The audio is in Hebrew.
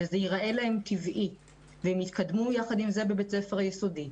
וזה ייראה להן טבעי והן יתקדמו יחד עם זה בבית ספר יסודי,